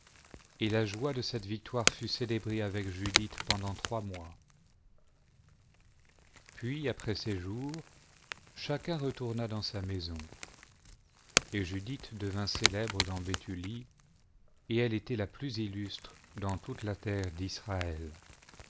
et la joie de cette victoire fut célébrée avec judith pendant trois mois puis après ces jours chacun retourna dans sa maison et judith devint célèbre dans béthulie et elle était la plus illustre dans toute la terre d'israël